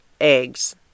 eggs